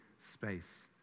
space